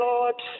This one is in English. Lord